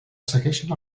segueixen